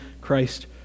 Christ